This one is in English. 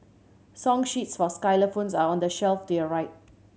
song sheets for xylophones are on the shelf to your right